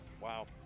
Wow